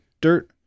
dirt